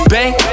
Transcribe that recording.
Bang